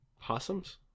possums